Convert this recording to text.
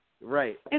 right